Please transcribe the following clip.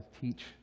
teach